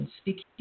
speaking